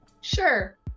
sure